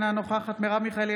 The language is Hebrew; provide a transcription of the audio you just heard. אינה נוכחת מרב מיכאלי,